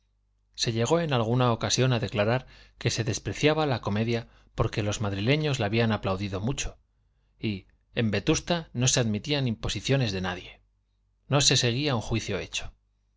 se llegó en alguna ocasión a declarar que se despreciaba la comedia porque los madrileños la habían aplaudido mucho y en vetusta no se admitían imposiciones de nadie no se seguía un juicio hecho